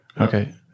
Okay